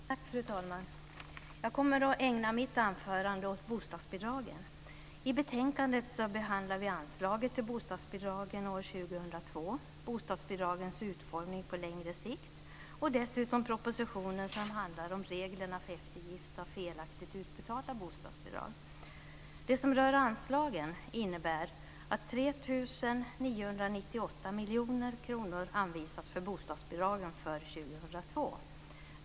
Fru talman! Jag kommer att ägna mitt anförande åt bostadsbidragen. I betänkandet behandlar vi anslaget till bostadsbidragen år 2002, bostadsbidragens utformning på längre sikt och dessutom propositionen som handlar om reglerna för eftergift av felaktigt utbetalda bostadsbidrag. Det som rör anslagen innebär att 3 998 miljoner kronor anvisas för bostadsbidragen för år 2002.